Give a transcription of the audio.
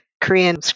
Korean